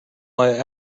why